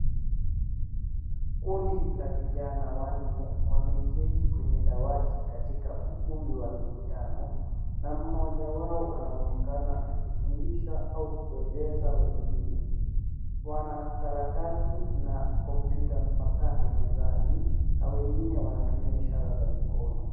Kundi la vijana wanne wameketi kwenye dawati katika ukumbi wa mikutano, na mmoja wao anaonekana akifundisha au kueleza wengine. Wana karatasi na kompyuta mpakato mezani, na wengine wanatumiai ishara za mikono.